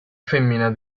femmina